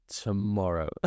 tomorrow